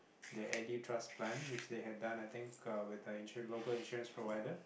the edu transplant which they have done I think uh with a insur~ local insurance provider